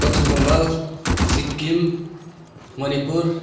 Paschim Bangal Sikkim Manipur